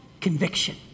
Conviction